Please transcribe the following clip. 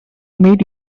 meet